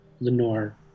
Lenore